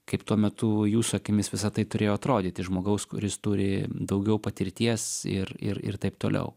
kaip tuo metu jūsų akimis visa tai turėjo atrodyti žmogaus kuris turi daugiau patirties ir ir ir taip toliau